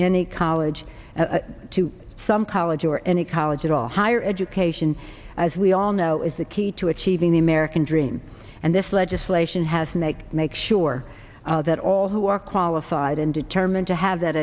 any college to some college or any college at all higher education as we all know is the key to achieving the american dream and this legislation has make make sure that all who are qualified and determined to have that